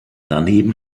daneben